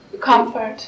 Comfort